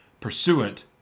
pursuant